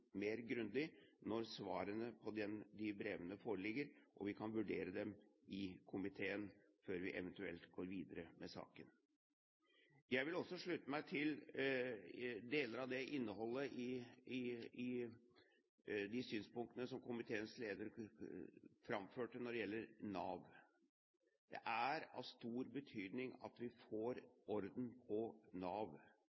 mer grundig når svarene på de brevene foreligger, og vi kan vurdere dem i komiteen, før vi eventuelt går videre med saken. Jeg vil også slutte meg til deler av de synspunktene som komiteens leder framførte når det gjelder Nav. Det er av stor betydning at vi får